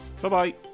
Bye-bye